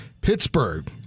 Pittsburgh